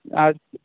ಆಯ್ತು